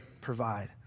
provide